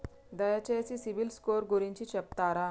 దయచేసి సిబిల్ స్కోర్ గురించి చెప్తరా?